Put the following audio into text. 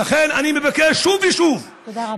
לכן אני מבקש שוב ושוב, תודה רבה.